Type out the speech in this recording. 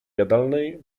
jadalnej